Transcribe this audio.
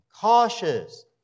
cautious